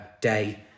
day